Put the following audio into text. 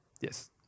Yes